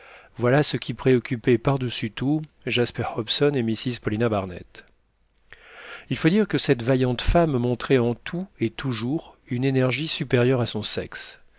voilà ce qui préoccupait pardessus tout jasper hobson et mrs paulina barnett il faut dire que cette vaillante femme montrait en tout et toujours une énergie supérieure à son sexe